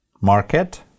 market